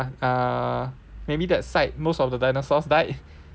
ya lah err maybe that side most of the dinosaurs died